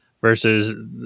versus